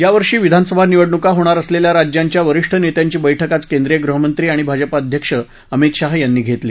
यावर्षी विधानसभा निवडणूका होणार असलेल्या राज्यांच्या वरिष्ठ नेत्यांची बैठक आज केंद्रीय गृहमंत्री आणि भाजपाध्यक्ष अमित शाह यांनी घेतली